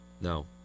No